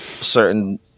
certain